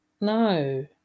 no